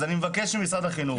אז אני מבקש ממשרד החינוך,